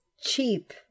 cheap